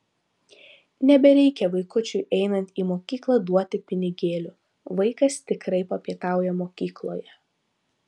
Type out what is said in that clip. nebereikia vaikučiui einant į mokyklą duoti pinigėlių vaikas tikrai papietauja mokykloje